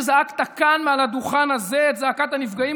שזעקת כאן מעל דוכן הכנסת הזה את זעקת הנפגעים